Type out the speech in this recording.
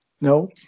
No